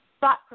thought